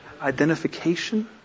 Identification